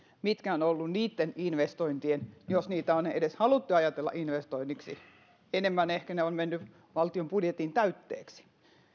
mitkä ovat olleet niitten investointien vaikutukset jos niitä on edes haluttu ajatella investoinneiksi enemmän ne ovat ehkä menneet valtion budjetin täytteeksi